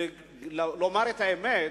לומר את האמת,